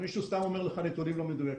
מישהו סתם אומר לך נתונים לא מדויקים.